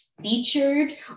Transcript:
featured